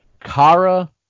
Kara